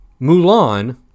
Mulan